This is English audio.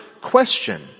question